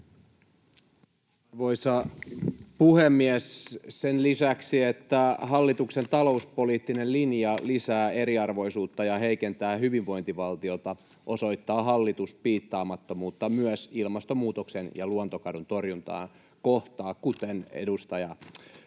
Arvoisa puhemies! Sen lisäksi, että hallituksen talouspoliittinen linja lisää eriarvoisuutta ja heikentää hyvinvointivaltiota, osoittaa hallitus piittaamattomuutta myös ilmastonmuutoksen ja luontokadon torjuntaa kohtaan, kuten edustaja tuossa